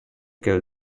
kill